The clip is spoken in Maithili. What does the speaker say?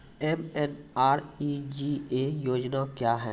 एम.एन.आर.ई.जी.ए योजना क्या हैं?